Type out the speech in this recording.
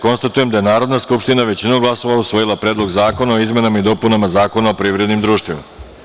Konstatujem da je Narodna skupština većinom glasova usvojila Predlog zakona o izmenama i dopunama Zakona o privrednim društvima.